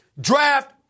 draft